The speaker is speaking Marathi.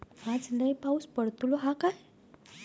आज लय पाऊस पडतलो हा काय?